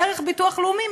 דרך הביטוח הלאומי,